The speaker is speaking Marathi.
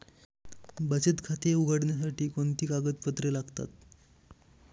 बचत खाते उघडण्यासाठी कोणती कागदपत्रे लागतात?